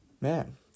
Man